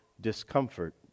discomfort